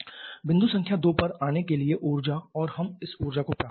बिंदु संख्या 2 पर आने के लिए ऊर्जा और हम इस ऊर्जा को प्राप्त कर रहे हैं